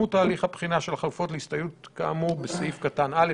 התקדמות תהליך הבחינה של החלופות להסתייגות כאמור בסעיף קטן (א).